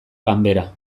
ganbera